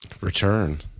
Return